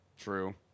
True